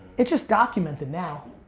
it's just documented now.